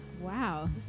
Wow